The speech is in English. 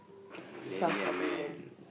South Pavilion